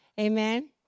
Amen